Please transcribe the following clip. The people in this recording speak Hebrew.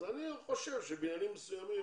אני חושב שבעניינים מסוימים,